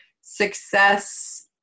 success